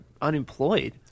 unemployed